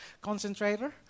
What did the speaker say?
concentrator